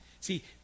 See